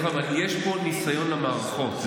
יש פה ניסיון למערכות,